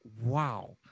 Wow